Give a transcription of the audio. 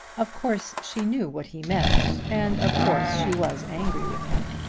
of course she knew what he meant, and of course she was angry with him.